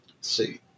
see